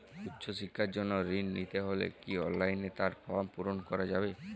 উচ্চশিক্ষার জন্য ঋণ নিতে হলে কি অনলাইনে তার ফর্ম পূরণ করা যাবে?